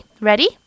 Ready